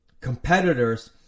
competitors